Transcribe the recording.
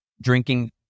drinking